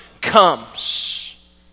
comes